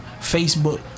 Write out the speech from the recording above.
Facebook